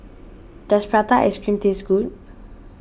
does Prata Ice Cream taste good